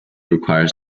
requires